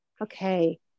Okay